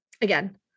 again